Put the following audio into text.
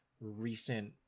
recent